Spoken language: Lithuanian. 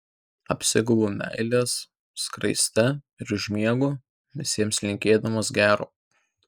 apsigaubiu meilės skraiste ir užmiegu visiems linkėdamas gero